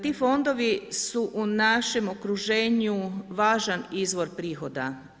Ti fondovi su u našem okruženju važan izvor prihoda.